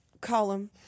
column